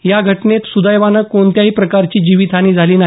या घटनेत सुदैवाने कोणत्याही प्रकारची जीवितहानी झाली नाही